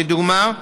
לדוגמה,